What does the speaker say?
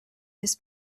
his